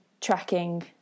tracking